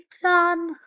plan